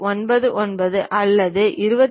99 அல்லது 25